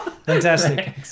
fantastic